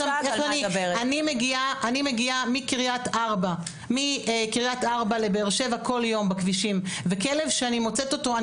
אני מגיעה מקריית ארבע לבאר שבע כל יום בכבישים וכלב שאני מוצאת אותו,